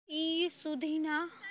ઇ સુધીના